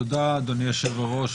תודה אדוני היושב-ראש,